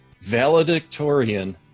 valedictorian